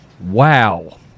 Wow